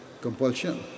compulsion